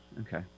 Okay